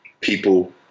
people